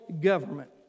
government